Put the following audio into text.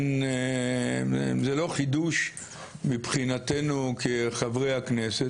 זה לא חידוש מבחינתנו כחברי הכנסת.